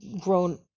grown